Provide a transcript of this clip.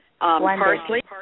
Parsley